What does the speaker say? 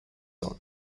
son